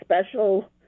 special